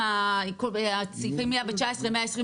לגבי סעיפים 119 ו-120 לתקנון.